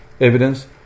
evidence